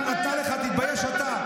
תתבייש אתה,